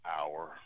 hour